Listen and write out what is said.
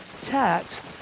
text